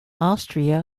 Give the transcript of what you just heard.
austria